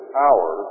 power